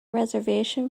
reservation